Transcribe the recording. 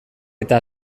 eta